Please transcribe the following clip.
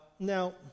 Now